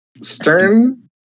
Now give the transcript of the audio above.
Stern